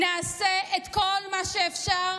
נעשה את כל מה שאפשר,